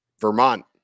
Vermont